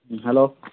ꯎꯝ hello